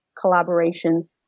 collaboration